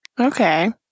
okay